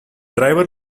driver